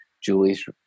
Julie's